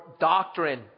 doctrine